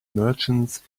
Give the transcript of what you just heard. merchants